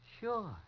Sure